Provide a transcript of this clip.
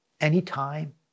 anytime